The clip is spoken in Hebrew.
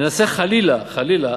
ננסה חלילה, חלילה,